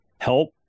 help